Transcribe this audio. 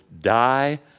die